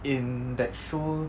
in that show